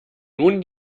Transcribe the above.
nun